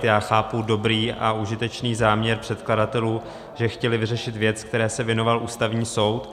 Já chápu dobrý a užitečný záměr předkladatelů, že chtěli vyřešit věc, které se věnoval Ústavní soud.